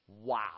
Wow